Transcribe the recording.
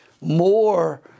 more